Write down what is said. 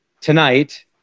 tonight